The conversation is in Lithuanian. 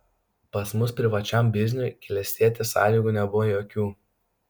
pas mus privačiam bizniui klestėti sąlygų nebuvo jokių